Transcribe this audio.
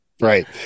right